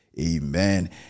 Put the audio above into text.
amen